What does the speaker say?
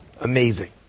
Amazing